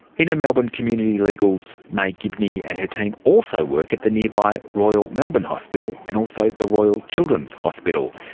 you know melbourne community legal's maie gibney and her team also work at the nearby royal melbourne hospital and also the royal children's hospital.